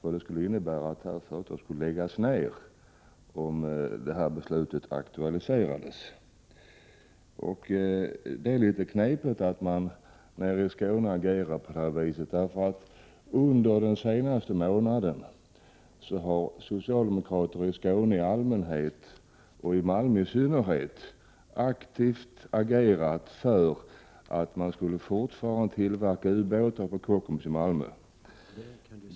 Ett stopp av vapenexporten skulle ju innebära att detta företag fick läggas ned. Det är något svårt att förstå varför man på distriktsstämman agerar på det här sättet, eftersom under den senaste månaden socialdemokrater i Skåne i allmänhet — och i Malmö i synnerhet — aktivt har agerat för en fortsatt tillverkning av ubåtar på Kockums i Malmö.